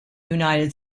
united